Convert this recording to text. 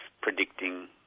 predicting